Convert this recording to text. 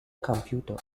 computer